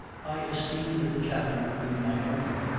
i esteemed the cabin to be my own.